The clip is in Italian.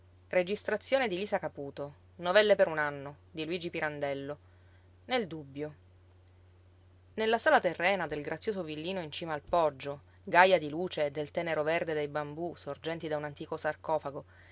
petto per non scorgere sul letto la vittima nella sala terrena del grazioso villino in cima al poggio gaja di luce e del tenero verde dei bambú sorgenti da un antico sarcofago